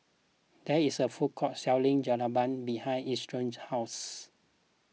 there is a food court selling Jalebi behind Isidro's house